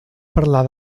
parlar